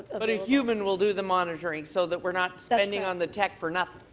but a human will do the monitoring so that we're not spending on the tech for nothing.